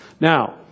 Now